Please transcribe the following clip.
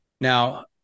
Now